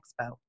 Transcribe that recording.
Expo